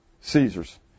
Caesar's